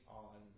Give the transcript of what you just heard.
on